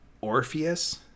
Orpheus